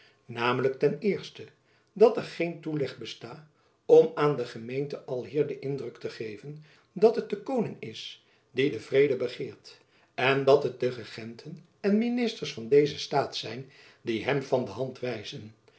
namelijk ten eerste dat er geen toeleg besta om aan de gemeente alhier den indruk te geven dat het de koning is die den vrede begeert en dat het de regenten en ministers van dezen staat zijn die hem van de hand wijzen